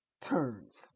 turns